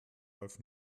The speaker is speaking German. half